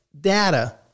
data